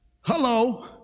Hello